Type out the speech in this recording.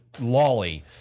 Lolly